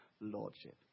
lordship